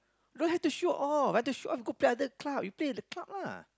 why you have to show off why to show off go to club you play in the club lah